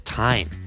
time